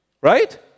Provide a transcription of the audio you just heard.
Right